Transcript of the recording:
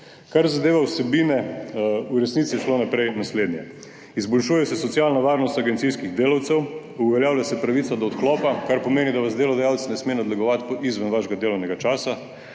Kar zadeva vsebine. V resnici je šlo naprej naslednje – izboljšuje se socialna varnost agencijskih delavcev, uveljavlja se pravica do odklopa, kar pomeni, da vas delodajalec ne sme nadlegovati izven vašega delovnega časa.